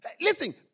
Listen